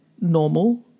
normal